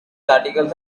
articles